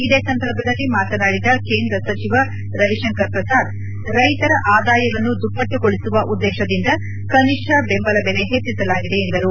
ಇದೇ ಸಂದರ್ಭದಲ್ಲಿ ಮಾತನಾಡಿದ ಕೇಂದ್ರ ಸಚಿವ ರವಿಶಂಕರ್ ಪ್ರಸಾದ್ ರೈತರ ಆದಾಯವನ್ನು ದುಪ್ಪ ಟ್ಟುಗೊಳಿಸುವ ಉದ್ದೇಶದಿಂದ ಕನಿಷ್ಠ ಬೆಂಬಲ ಬೆಲೆ ಹೆಚ್ಚಿಸಲಾಗಿದೆ ಎಂದರು